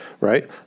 right